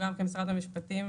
גם כמשרד המשפטים,